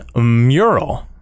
mural